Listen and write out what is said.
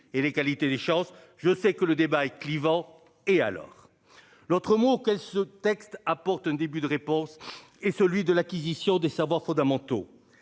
et l'égalité des chances. Je sais que le débat clivant et alors l'autre mot elle ce texte apporte un début de réponse et celui de l'acquisition des savoirs fondamentaux,